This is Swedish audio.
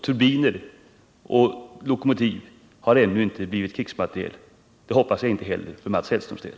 Turbiner och lokomotiv har ännu inte börjat betraktas som krigsmateriel — och det hoppas jag att de inte heller blir för Mats Hellströms del.